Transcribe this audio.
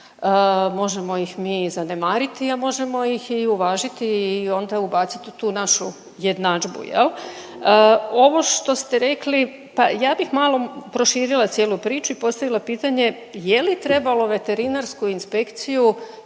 Možemo ih mi zanemariti, a možemo ih i uvažiti i onda ubacit u tu našu jednadžbu, jel. Ovo što ste rekli pa ja bih malo proširila cijelu priču i postavila pitanje je li trebalo veterinarsku inspekciju